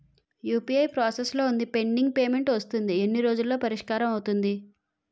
UPI process లో వుంది pending payment వస్తుంది ఎన్ని రోజుల్లో పరిష్కారం అవుతుంది